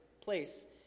place